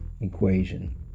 equation